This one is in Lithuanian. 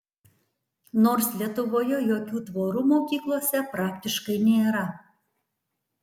nors lietuvoje jokių tvorų mokyklose praktiškai nėra